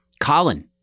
Colin